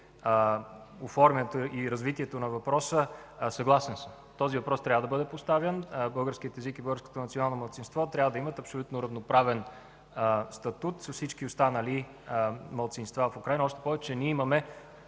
оформянето и развитието на въпроса. Съгласен съм, този въпрос трябва да бъде поставян. Българският език и българското национално малцинство трябва да имат абсолютно равноправен статут с всички останали малцинства в Украйна, още повече, че ние имаме